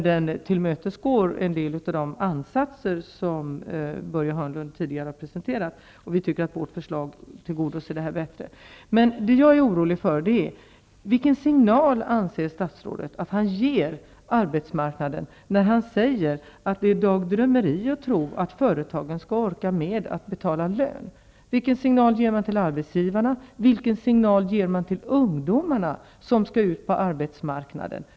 Den tillmötesgår en del av de ansatser som Börje Hörnlund tidigare har presenterat, men vi tycker att vårt förslag bättre tillgodoser behovet. Det jag är orolig för är: Vilken signal anser statsrådet att han ger arbetsmarknaden, när han säger att det är dagdrömmeri att tro att företagen skall orka med att betala lön? Vilken signal ger man till arbetsgivarna? Vilken signal ger man till ungdomarna som skall ut på arbetsmarknaden?